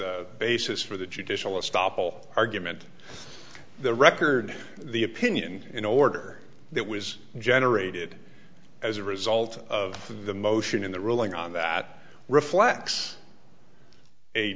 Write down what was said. the basis for the judicial a stop all argument the record the opinion in order that was generated as a result of the motion in the ruling on that reflects a